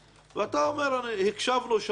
אתה אומר: הקשבנו, שמענו.